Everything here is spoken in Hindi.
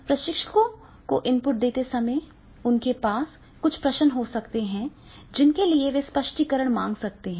प्रशिक्षुओं को इनपुट देते समय उनके पास कुछ प्रश्न हो सकते हैं जिनके लिए वे स्पष्टीकरण मांग सकते हैं